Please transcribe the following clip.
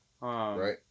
Right